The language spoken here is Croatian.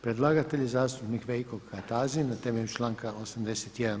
Predlagatelj je zastupnik Veljko Kajtazi na temelju članka 81.